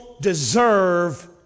deserve